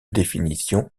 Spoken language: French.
définition